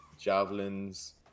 javelins